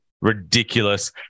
ridiculous